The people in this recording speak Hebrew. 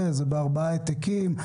זה בארבעה העתקים.